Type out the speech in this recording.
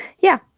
yeah.